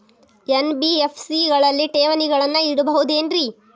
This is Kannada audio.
ಎನ್.ಬಿ.ಎಫ್.ಸಿ ಗಳಲ್ಲಿ ಠೇವಣಿಗಳನ್ನು ಇಡಬಹುದೇನ್ರಿ?